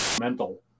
mental